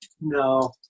No